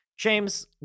James